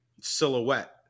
silhouette